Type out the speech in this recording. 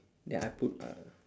then I put uh